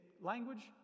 language